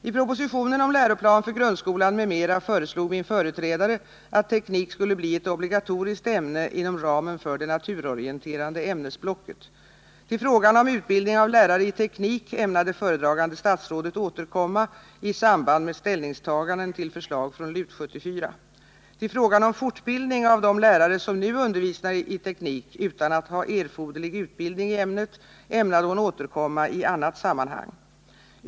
I propositionen om läroplan för grundskolan m.m. föreslog min företrädare att teknik skulle bli ett obligatoriskt ämne inom ramen för det naturorienterande ämnesblocket. Till frågan om utbildning av lärare i teknik ämnade föredragande statsrådet återkomma i samband med ställningstaganden till förslag från LUT 74. Till frågan om fortbildning av de lärare som nu undervisar i teknik utan att ha erforderlig utbildning i ämnet ämnade hon återkomma i annat sammanhang.